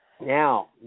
Now